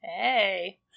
Hey